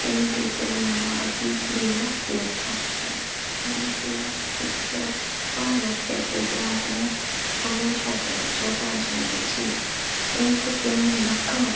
કેમકે તેઓ મારા અતિ પ્રિય લેખક છે અને તેઓ પિક્ચર્સ પણ લખે છે જે આપણે હંમેશા જો જોતાં જ જોઈએ છીએ કેમકે તેમનું લખાણ